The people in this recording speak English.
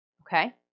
okay